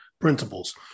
principles